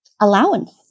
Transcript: allowance